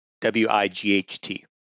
W-I-G-H-T